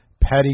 Patty